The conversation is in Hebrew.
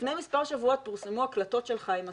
לפני מספר שבועות פורסמו הקלטות שלך עם השר,